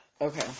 Okay